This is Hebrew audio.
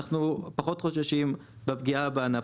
אנחנו פחות חוששים בפגיעה בענף.